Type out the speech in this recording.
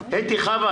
חיים,